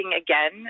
again